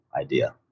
idea